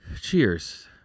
Cheers